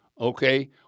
okay